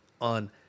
on